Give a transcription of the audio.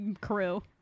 crew